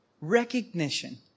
recognition